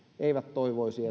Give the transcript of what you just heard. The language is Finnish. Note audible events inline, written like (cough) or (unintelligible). eivät toivoisi (unintelligible)